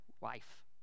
wife